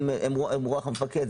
הם רוח המפקד.